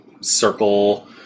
circle